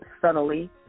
subtly